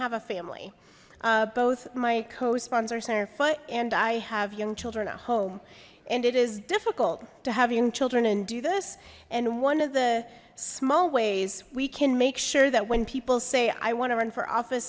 have a family both my co sponsor center foot and i have young children at home and it is difficult to have young children and do this and one of the small ways we can make sure that when people say i want to run for office